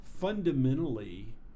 fundamentally